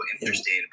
interesting